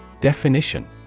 Definition